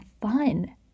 fun